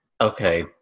okay